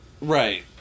right